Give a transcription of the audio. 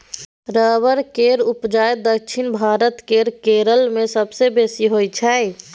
rubber केर उपजा दक्षिण भारत केर केरल मे सबसँ बेसी होइ छै